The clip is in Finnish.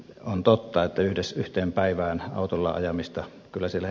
on totta että yhteen päivään autolla ajamista kertyy